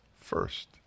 First